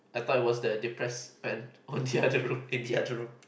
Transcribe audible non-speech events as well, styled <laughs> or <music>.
I thought it was the depressed man <laughs> on the other room in the other room